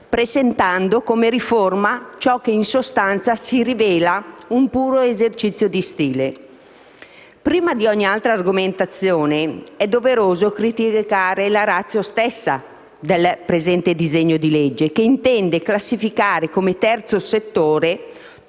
presentando come riforma ciò che in sostanza si rivela un puro esercizio di stile. Prima di ogni altra argomentazione è doveroso criticare la *ratio* stessa del presente disegno di legge, che intende classificare come terzo settore